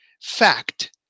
Fact